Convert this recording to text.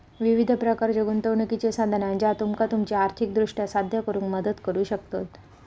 विविध प्रकारच्यो गुंतवणुकीची साधना ज्या तुमका तुमची आर्थिक उद्दिष्टा साध्य करुक मदत करू शकतत